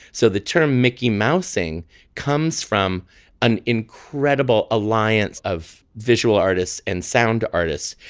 so the term mickey mousing comes from an incredible alliance of visual artists and sound artists.